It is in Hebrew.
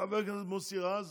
חבר הכנסת מוסי רז,